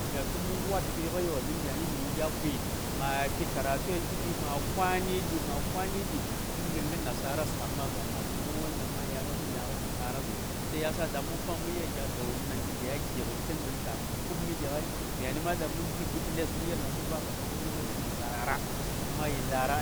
Mya tu mə wa:t kwul ngayo ɗon myani minə kwal ma fi karatu ishidi ma kwani ɗi-ma kwani ɗi nə ngən ngə nasares amma ba ma tu gən dang ma dya mə fi la:ngə nasarasəng shi yasa dang mə pang mə yel gya dawom dang tə taya gi: ngan kin myani ma mə mbi butules mə yel kaman rigənes yi ndara, kuma yi ndara